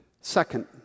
Second